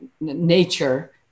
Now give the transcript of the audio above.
nature